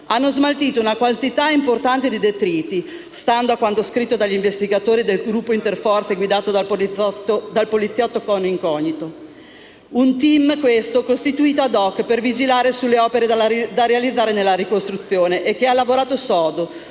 Hanno smaltito una quantità importante di detriti, stando a quanto scritto dagli investigatori del gruppo interforze guidato dal poliziotto Cono Incognito. Un *team*, questo, costituito ad hoc per vigilare sulle opere da realizzare nella ricostruzione e che ha lavorato sodo,